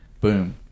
Boom